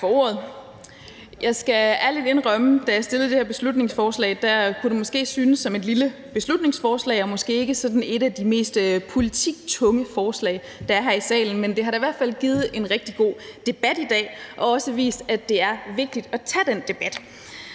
ordet. Jeg skal ærligt indrømme, at da jeg fremsatte det her beslutningsforslag, kunne det måske synes som et lille beslutningsforslag og måske ikke sådan et af de mest politiktunge forslag her i salen, men det har da i hvert fald givet en rigtig god debat i dag og også vist, at det er vigtigt at tage den debat.